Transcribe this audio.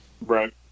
Right